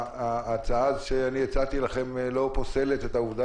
ההצעה שאני הצעתי לכם לא פוסלת את העובדה